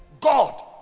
God